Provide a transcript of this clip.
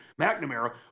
McNamara